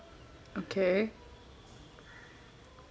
okay